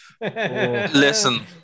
Listen